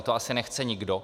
To asi nechce nikdo.